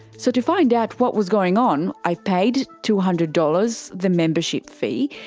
so to find out what was going on, i paid two hundred dollars, the membership fee,